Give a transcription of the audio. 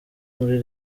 muri